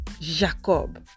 Jacob